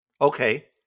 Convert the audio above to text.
Okay